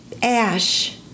Ash